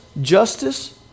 justice